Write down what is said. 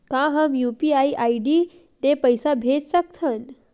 का हम UPI ID ले पईसा भेज सकथन?